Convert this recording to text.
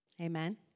Amen